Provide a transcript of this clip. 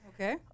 Okay